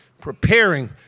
preparing